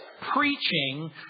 preaching